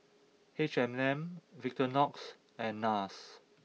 H and M Victorinox and Nars